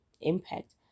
impact